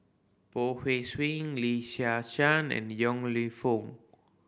Poh Sween Lee Shyan and Yong Lew Foong